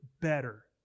better